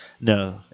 No